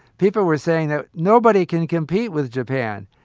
people were saying that nobody can compete with japan.